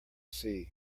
sea